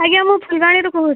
ଆଜ୍ଞା ମୁଁ ଫୁଲବାଣୀରୁ କହୁଛି